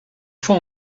fois